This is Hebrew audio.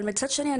אבל מצד שני,